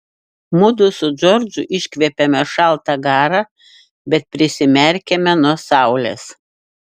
mudu su džordžu iškvepiame šaltą garą bet prisimerkiame nuo saulės